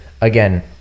again